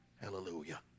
Hallelujah